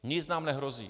Nic nám nehrozí.